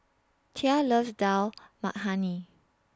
Tia loves Dal Makhani